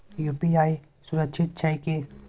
UPI सुरक्षित छै की?